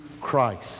Christ